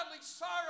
sorrow